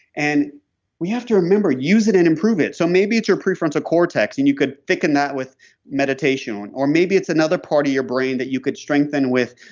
and we have to remember, use it and improve it. so maybe it's your pre frontal cortex and you could thicken that with meditation. or maybe it's another part of your brain that you could strengthen with